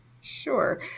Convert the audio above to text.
Sure